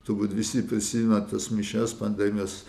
turbūt visi prisimena tas mišias pandemijos